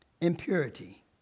Impurity